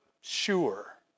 sure